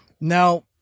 Now